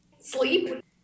Sleep